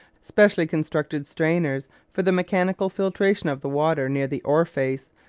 specially constructed strainers for the mechanical filtration of the water near the ore face,